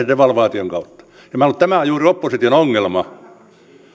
devalvaation kautta tämä on juuri opposition ongelma